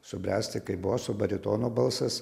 subręsti kaip boso baritono balsas